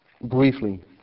briefly